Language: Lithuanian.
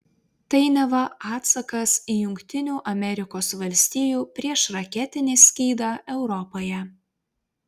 tai neva atsakas į jungtinių amerikos valstijų priešraketinį skydą europoje